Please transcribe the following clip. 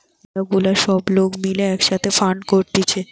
ম্যালা গুলা সব লোক মিলে এক সাথে ফান্ড করতিছে